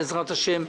בעזרת השם,